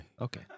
Okay